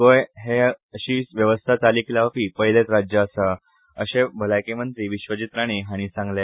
गोंय हे अशी व्यवस्था चालीक लावपी पयलेच राज्य आसा अशें भलायकी मंत्री विश्वजीत राणे हांणी सांगले